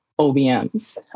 OBMs